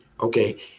Okay